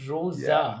Rosa